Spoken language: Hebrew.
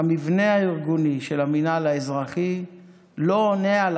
המבנה הארגוני של המינהל האזרחי לא עונה על